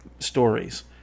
stories